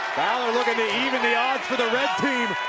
balor looking to even the odds for the red team.